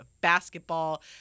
Basketball